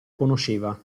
conosceva